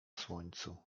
słońcu